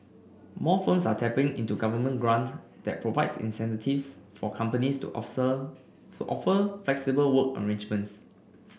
more firms are tapping into government grant that provides incentives for companies to observe for offer flexible work arrangements